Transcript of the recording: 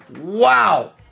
Wow